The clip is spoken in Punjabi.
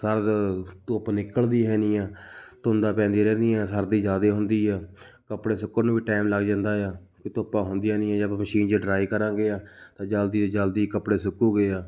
ਸਾਰਾ ਦਿਨ ਧੁੱਪ ਨਿਕਲਦੀ ਹੈ ਨਹੀਂ ਆ ਧੁੰਦਾਂ ਪੈਂਦੀਆਂ ਰਹਿੰਦੀਆਂ ਸਰਦੀ ਜ਼ਿਆਦਾ ਹੁੰਦੀ ਆ ਕੱਪੜੇ ਸੁੱਕਣ ਨੂੰ ਵੀ ਟਾਇਮ ਲੱਗ ਜਾਂਦਾ ਆ ਕਿਉਂਕਿ ਧੁੱਪਾਂ ਹੁੰਦੀਆਂ ਨਹੀਂ ਜੇ ਆਪਾਂ ਮਸ਼ੀਨ 'ਚ ਡ੍ਰਾਈ ਕਰਾਂਗੇ ਤਾਂ ਜਲਦੀ ਤੋਂ ਜਲਦੀ ਕੱਪੜੇ ਸੁੱਕਣਗੇ ਆ